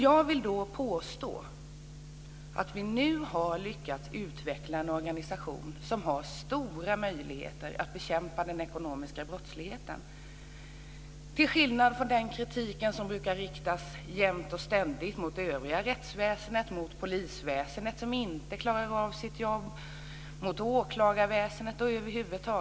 Jag vill påstå att vi nu har lyckats utveckla en organisation som har stora möjligheter att bekämpa den ekonomiska brottsligheten, till skillnad från den kritik som jämt och ständigt brukar riktas mot det övriga rättsväsendet. Man säger att polisväsendet inte klarar av sitt jobb, man kritiserar åklagarväsendet osv.